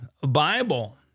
Bible